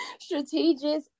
Strategic